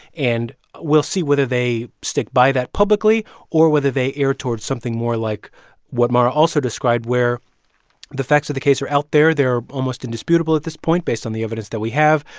and we'll see whether they stick by that publicly or whether they err towards something more like what mara also described, where the facts of the case are out there. they're almost indisputable at this point based on the evidence we have.